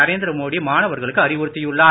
நரேந்திரமோடி மாணவர்களுக்கு அறிவுறுத்தியுள்ளார்